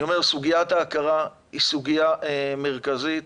סוגיית ההכרה היא סוגיה מרכזית.